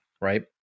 right